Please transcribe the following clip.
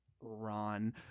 Ron